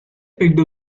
picked